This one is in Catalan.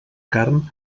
carn